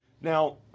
Now